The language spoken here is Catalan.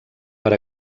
per